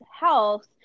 health